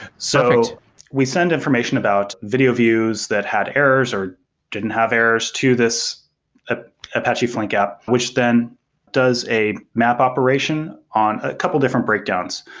so we send information about video views that had errors or didn't have errors to this ah apache flink app, which then does a map operation on a couple of different breakdowns.